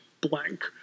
blank